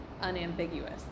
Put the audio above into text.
Unambiguous